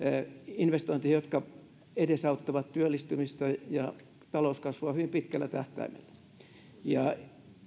investointeihin jotka edesauttavat työllistymistä ja talouskasvua hyvin pitkällä tähtäimellä ja